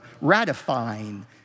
ratifying